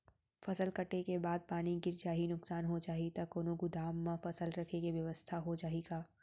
फसल कटे के बाद पानी गिर जाही, नुकसान हो जाही त कोनो गोदाम म फसल रखे के बेवस्था हो जाही का?